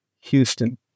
Houston